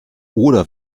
oder